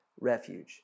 refuge